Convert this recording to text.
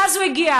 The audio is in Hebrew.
ואז הוא הגיע.